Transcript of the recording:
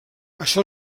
això